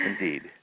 indeed